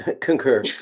concur